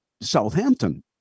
Southampton